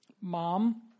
Mom